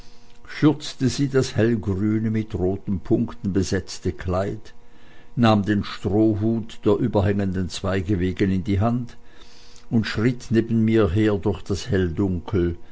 schürzte sie das hellgrüne mit roten punkten besetzte kleid nahm den strohhut der überhängenden zweige wegen in die hand und schritt neben mir her durch das